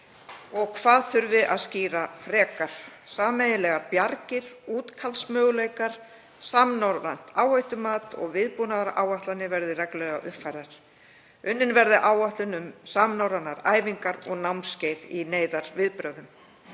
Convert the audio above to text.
og hvað þurfi að skýra frekar, að sameiginlegar bjargir, útkallsmöguleikar, samnorrænt áhættumat og viðbúnaðaráætlanir verði reglulega uppfærðar, að unnin verði áætlun um samnorrænar æfingar og námskeið í neyðarviðbrögðum.